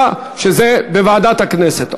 יש הסכמה שזה בוועדת הכנסת.